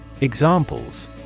Examples